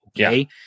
Okay